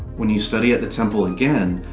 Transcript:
when you study at the temple again,